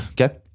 Okay